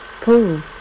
pool